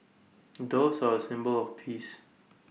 doves are A symbol of peace